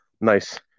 nice